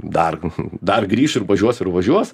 dar dar grįš ir važiuos ir važiuos